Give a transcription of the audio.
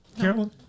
Carolyn